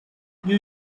you